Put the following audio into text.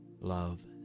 love